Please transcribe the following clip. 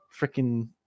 freaking